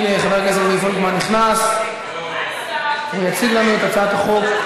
הנה חבר הכנסת רועי פולקמן נכנס ויציג לנו את הצעת החוק.